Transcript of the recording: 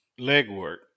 legwork